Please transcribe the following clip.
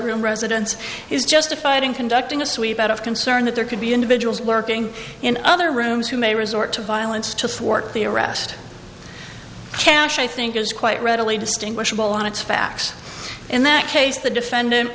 multiroom residence is justified in conducting a sweep out of concern that there could be individuals working in other rooms who may resort to violence to thwart the arrest cash i think is quite readily distinguishable on its facts in that case the defendant